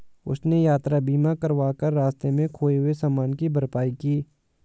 उसने यात्रा बीमा करवा कर रास्ते में खोए हुए सामान की भरपाई की